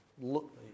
look